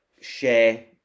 share